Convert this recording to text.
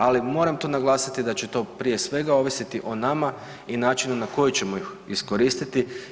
Ali moram to naglasiti da će to prije svega ovisiti o nama i načinu na koji ćemo ih iskoristiti.